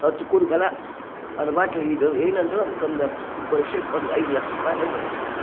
ಹತ್ತು ಹೊಲ ಈಗ ಏನಂದರು ಅದುಕ್ಕೊಂದು ವರ್ಷಕ್ಕೊಂದು ಐದು ಲಕ್ಷ ರೂಪಾಯಿ ಆದರು ಬರ್ತಿತ್ತು